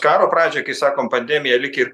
karo pradžią kai sakom pandemija lyg ir